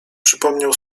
przypomniał